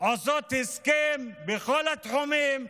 עושות הסכם בכל התחומים,